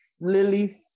lily